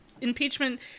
impeachment